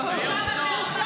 בושה וחרפה.